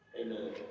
Amen